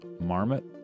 marmot